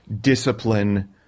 discipline